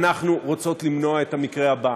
אנחנו רוצות למנוע את המקרה הבא,